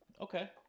Okay